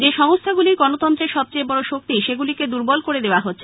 যে সংস্থাগুলি গণতন্ত্রের সবচেয়ে বড় শক্তি সেগুলিকে দুর্বল করে দেওয়া হচ্ছে